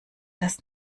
das